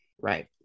Right